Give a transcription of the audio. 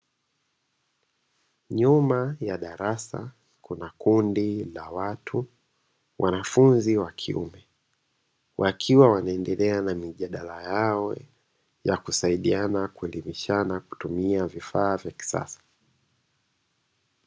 Nyuma ya darasa kuna kundi la watu wanafunzi wa kiume, wakiwa wanaendelea na mijadala yao ya kusaidiana, kuelimishana kutumia vifaa vya kisasa.